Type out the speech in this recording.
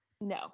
No